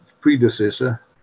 predecessor